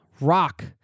rock